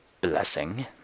blessing